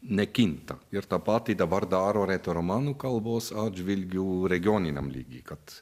nekinta ir tą patį dabar daro retoromanų kalbos atžvilgiu regioniniam lygy kad